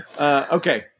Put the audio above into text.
Okay